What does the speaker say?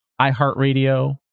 iHeartRadio